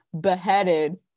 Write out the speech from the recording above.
beheaded